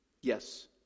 Yes